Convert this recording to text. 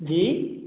जी